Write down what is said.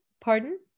pardon